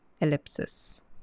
Ellipsis